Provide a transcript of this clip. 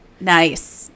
Nice